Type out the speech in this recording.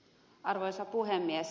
arvoisa puhemies